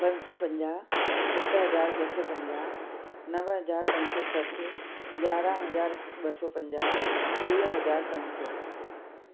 पंज सौ पंजाह सत हज़ार ॿ सौ पंजाह नव हज़ार पंज सौ सठ यारहं हज़ार ॿ सौ पंजाह टीह हज़ार पंज सौ